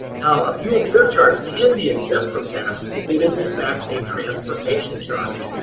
now a fuel surcharge can be exempt from tax if it is in fact a transportation charge.